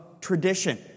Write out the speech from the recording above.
tradition